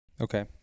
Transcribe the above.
Okay